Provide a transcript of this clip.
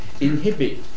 inhibit